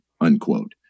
unquote